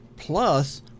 Plus